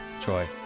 Troy